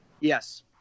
Yes